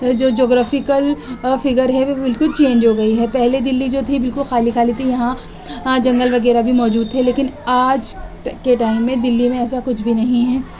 جو geographical figure ہے وہ بالکل چینج ہو گئی ہے پہلے دہلی جو تھی بالکل خالی خالی تھی یہاں جنگل وغیرہ بھی موجود تھے لیکن آج کے ٹائم میں دہلی میں ایسا کچھ بھی نہیں ہے